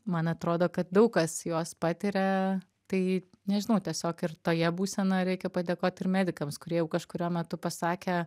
man atrodo kad daug kas juos patiria tai nežinau tiesiog ir toje būsenoj reikia padėkot ir medikams kurie jau kažkuriuo metu pasakė